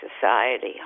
society